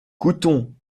couthon